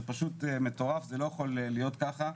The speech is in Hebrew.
זה פשוט מטורף, זה לא יכול להיות ככה.